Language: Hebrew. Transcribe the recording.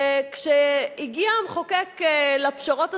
וכשהגיע המחוקק לפשרות הסופיות,